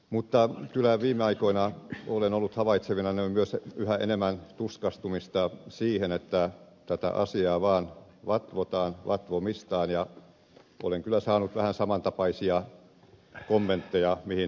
mutta kyllä viime aikoina olen ollut havaitsevinani myös yhä enemmän tuskastumista siihen että tätä asiaa vaan vatvotaan vatvomistaan ja olen kyllä saanut vähän samantapaisia kommentteja ja kysymyksiä kuin mihin ed